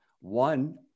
one